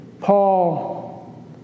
Paul